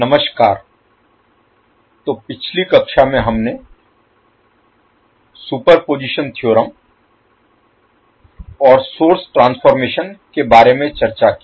नमस्कार तो पिछली कक्षा में हमने सुपरपोजिशन थ्योरम और सोर्स ट्रांसफॉर्मेशन के बारे में चर्चा की